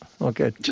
okay